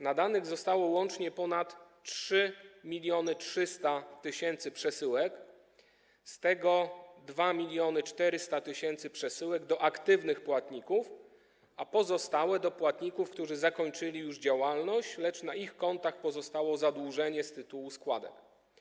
Nadanych zostało łącznie ponad 3300 tys. przesyłek, z tego 2400 tys. przesyłek do aktywnych płatników, a pozostałe do płatników, którzy zakończyli już działalność, lecz na ich kontach pozostało zadłużenie z tytułu składek.